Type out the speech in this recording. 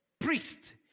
priest